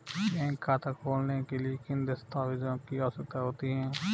Bank खाता खोलने के लिए किन दस्तावेज़ों की आवश्यकता होती है?